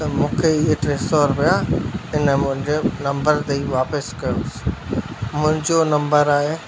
त मूंखे इहे ट्रे सौ रुपया इन मुंहिंजे नंबर ते ई वापसि कयोसीं मुंहिंजो नंबर आहे